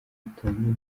butangira